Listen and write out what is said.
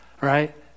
right